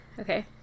Okay